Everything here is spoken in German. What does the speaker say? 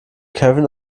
kevin